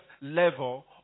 level